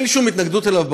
אין לי שום התנגדות אליו,